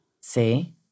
See